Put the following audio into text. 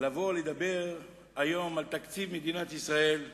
לבוא לדבר היום על תקציב מדינת ישראל,